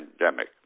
pandemic